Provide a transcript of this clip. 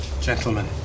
gentlemen